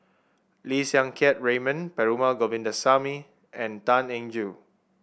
Lim Siang Keat Raymond Perumal Govindaswamy and Tan Eng Joo